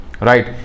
right